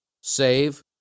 save